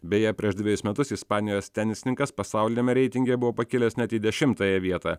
beje prieš dvejus metus ispanijos tenisininkas pasauliniame reitinge buvo pakilęs net į dešimtąją vietą